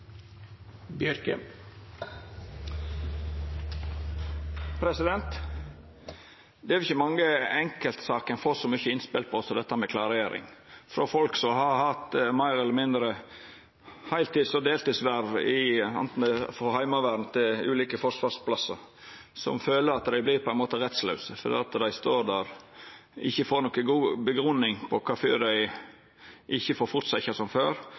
Det er ikkje mange enkeltsaker ein får så mange innspel om som dette med klarering. Det kjem frå folk som har hatt heiltids- og deltidsverv, anten det er i Heimevernet eller på ulike forsvarsplassar, som føler at dei på ein måte vert rettslause fordi dei står der og føler at dei ikkje får noka god grunngjeving for kvifor dei ikkje får fortsetja som før.